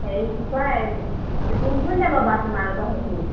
হেৰি কি কয় কোন কোন যাব বাৰু তোমালোকৰ সেইখিনিৰ